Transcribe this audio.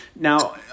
Now